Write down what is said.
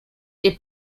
est